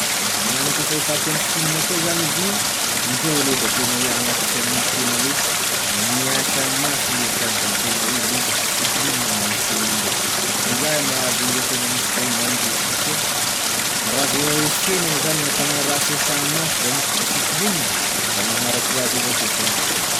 Magnano akoa e fahitako an'i Sina koa zany izy io indreo aloha da tena hoe agnaty isagn'ny olo tena hoe miasa mafy indreo sady da tena hoe misy discipline gn'ame fiaignandreo, izay mahavy indreo tena hanisika hoe mandroso satria raha vao e fiaignana zany gn'ampiaraha fiasa-mafy va misy discipline da manaraky hoazy avao koa e fandrosoana.